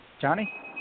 Johnny